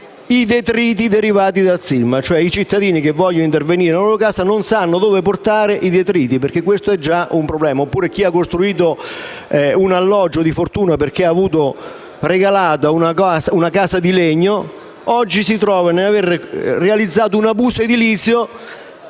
i detriti derivati dal sisma: i cittadini che vogliono intervenire nella loro casa non sanno dove portare i detriti, perché questo è già un problema. Inoltre, chi ha costruito un alloggio di fortuna perché ha avuto regalata una casa di legno, oggi si trova ad avere realizzato un abuso edilizio,